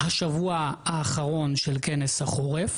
השבוע האחרון של כנס החורף,